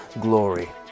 glory